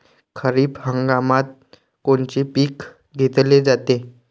खरिप हंगामात कोनचे पिकं घेतले जाते?